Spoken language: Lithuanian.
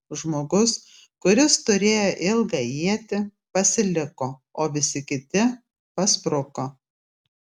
žmogus kuris turėjo ilgą ietį pasiliko o visi kiti paspruko